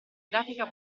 grafica